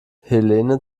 helene